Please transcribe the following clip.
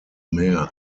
mehr